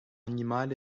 animal